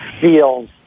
feels